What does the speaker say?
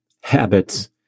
habits